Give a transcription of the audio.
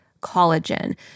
collagen